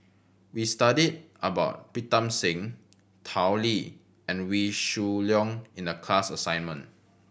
we studied about Pritam Singh Tao Li and Wee Shoo Leong in the class assignment